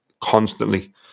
constantly